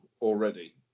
already